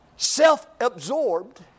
self-absorbed